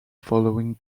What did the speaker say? following